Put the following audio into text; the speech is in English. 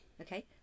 Okay